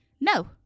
no